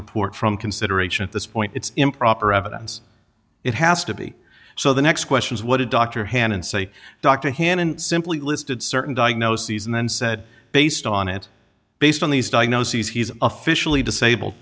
report from consideration at this point it's improper evidence it has to be so the next question is what a doctor hand and say dr hannan simply listed certain diagnoses and then said based on it based on these diagnoses he's officially disabled